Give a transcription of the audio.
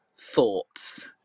thoughts